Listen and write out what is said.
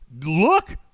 look